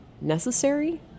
necessary